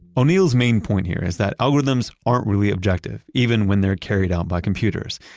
o'neil's main point here is that algorithms aren't really objective, even when they're carried out by computers.